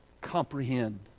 comprehend